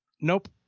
nope